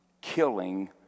killing